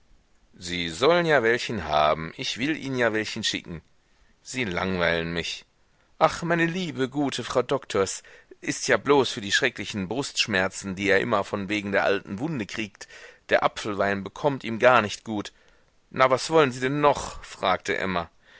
sie sollen ja welchen haben ich will ihnen ja welchen schicken sie langweilen mich ach meine liebe gute frau doktor s ist ja bloß für die schrecklichen brustschmerzen die er immer von wegen der alten wunde kriegt der apfelwein bekommt ihm gar nicht gut na was wollen sie denn noch fragte emma